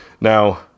Now